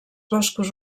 boscos